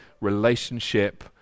relationship